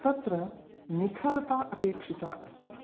तत्र निखरता अपेक्षिता अस्ति